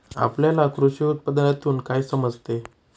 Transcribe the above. आपल्याला कृषी उत्पादनातून काय समजते?